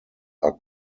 are